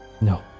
No